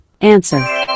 answer